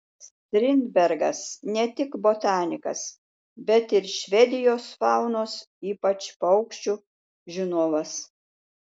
strindbergas ne tik botanikas bet ir švedijos faunos ypač paukščių žinovas